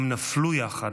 הם נפלו יחד,